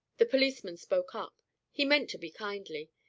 the policeman spoke up he meant to be kindly.